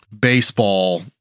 baseball